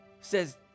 says